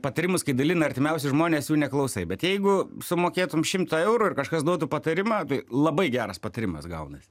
patarimus kai dalina artimiausi žmonės jų neklausai bet jeigu sumokėtum šimtą eurų ir kažkas duotų patarimą tai labai geras patarimas gaunas